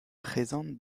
présente